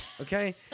Okay